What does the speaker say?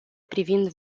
privind